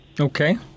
Okay